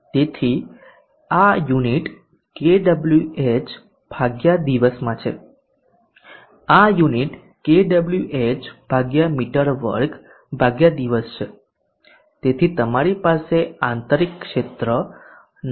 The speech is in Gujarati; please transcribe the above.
તેથી આ યુનિટ કેડબ્લ્યુએચ દિવસમાં છે આ યુનિટ કેડબ્લ્યુએચ મી2 દિવસ છે તેથી તમારી પાસે આંતરિક ક્ષેત્ર 9